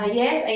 yes